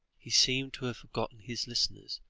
he seemed to have forgotten his listeners,